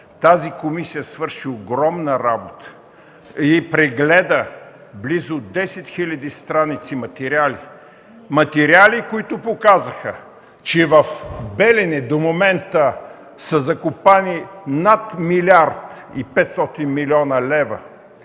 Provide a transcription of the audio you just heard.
Тази комисия свърши огромна работа и прегледа близо 10 хиляди страници материали. Материали, които показаха, че в „Белене” до момента са закопани над милиард и петстотин милиона лева,